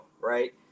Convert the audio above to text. right